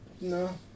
No